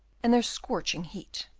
and their scorching heat.